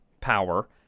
power